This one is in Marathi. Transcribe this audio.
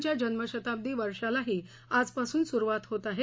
च्या जन्मशताब्दी वर्षालाही आजपासून सुरुवात होत आहे